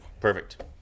Perfect